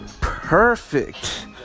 perfect